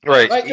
Right